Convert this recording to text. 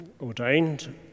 ordained